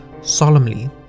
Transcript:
solemnly